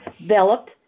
developed